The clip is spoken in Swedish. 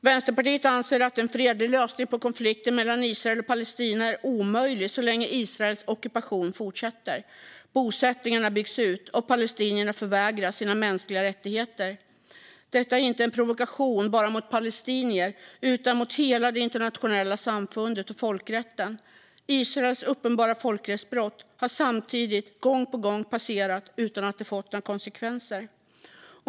Vänsterpartiet anser att en fredlig lösning på konflikten mellan Israel och Palestina är omöjlig så länge Israels ockupation fortsätter, bosättningarna byggs ut och palestinierna förvägras sina mänskliga rättigheter. Detta är inte en provokation bara mot palestinier utan också mot hela det internationella samfundet och folkrätten. Israels uppenbara folkrättsbrott har samtidigt gång på gång passerat utan att det fått några konsekvenser.